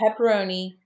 pepperoni